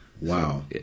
Wow